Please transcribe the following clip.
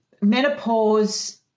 menopause